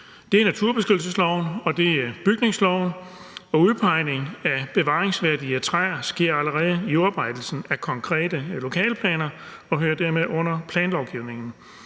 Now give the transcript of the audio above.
naturbeskyttelsesloven, og det er bygningsloven, og udpegningen af bevaringsværdige træer sker allerede i udarbejdelsen af konkrete lokalplaner og hører dermed under planlovgivningen.